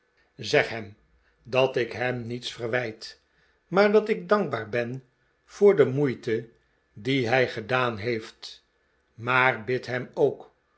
zeg hem dat ik hem niets verwijt maar dat ik dankbaar ben voor de moeite die hij gedaan heeft maar bid hemi ook